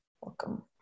Welcome